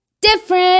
different